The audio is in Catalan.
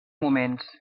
moments